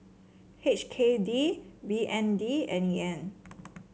H K D B N D and Yen